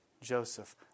Joseph